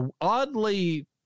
oddly